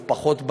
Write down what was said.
ופחות,